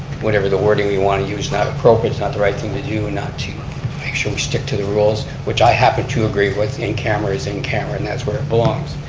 whatever the wording we want to use, not appropriate, it's not the right thing to do, and not to make sure we stick to the rules, which i happen to agree with. in camera is in camera and that's where it belongs.